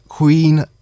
queen